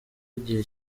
igihe